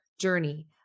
journey